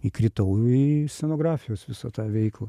įkritau į scenografijos visą tą veiklą